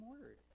word